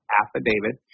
affidavit